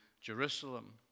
Jerusalem